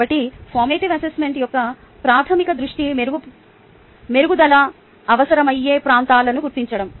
కాబట్టి formative assessment యొక్క ప్రాధమిక దృష్టి మెరుగుదల అవసరమయ్యే ప్రాంతాలను గుర్తించడం